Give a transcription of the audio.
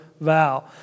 vow